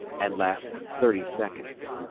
and last thirty seconds.